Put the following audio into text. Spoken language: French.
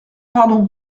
pardon